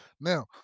Now